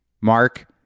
Mark